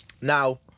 Now